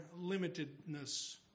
limitedness